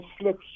slips